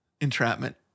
entrapment